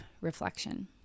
reflection